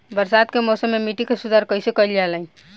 बरसात के मौसम में मिट्टी के सुधार कइसे कइल जाई?